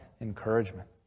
encouragement